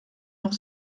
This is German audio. noch